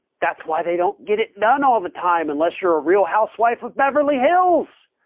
that's why they don't get it done all the time. unless you're a real housewife of beverly hills.